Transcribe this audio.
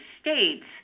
States